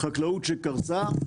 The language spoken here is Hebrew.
חקלאות שקרסה,